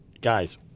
Guys